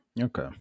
Okay